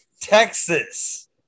Texas